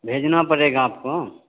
भेजना पड़ेगा आपको